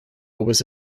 was